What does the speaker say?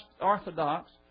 Orthodox